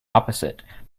opposite